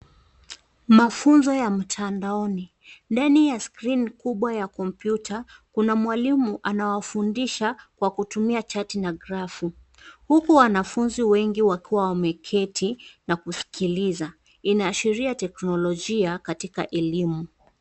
Mafunzo ya mtandaoni ,ndani ya skrini kubwa ya kompyuta kuna mwalimu anawafundisha kwa kutumia chati na grafu. Huku wanafunzi wengi wakiwa wameketi na kuskiliza inaashiria teknolojia katika elimu.